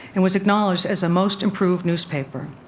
and was acknowledged as a most improved newspaper.